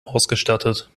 ausgestattet